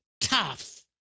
tough